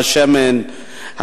השמן,